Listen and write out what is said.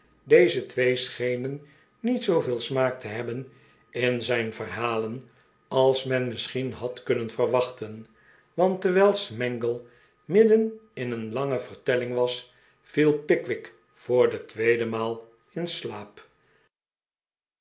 deze twee schenen niet zooveel smaak te hebben in zijn verhalen als men misschien had kunnen verwachten want terwijl smangle midden in een lange vertelling was viel pickwick voor de tweede maal in slaap